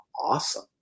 awesome